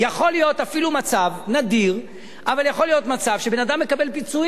יכול להיות אפילו מצב נדיר שבן-אדם מקבל פיצויים,